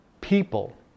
people